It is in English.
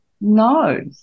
no